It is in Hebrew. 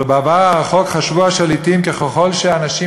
אבל בעבר הרחוק חשבו השליטים שככל שהאנשים